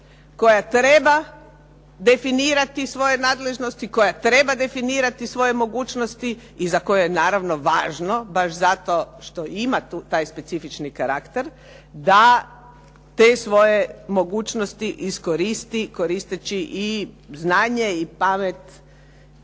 koja treba definirati svoje nadležnosti, koja treba definirati svoje mogućnosti i za koje je naravno važno baš zato što ima taj specifični karakter da te svoje mogućnosti iskoristi, koristeći i znanje i pamet